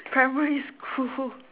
primary school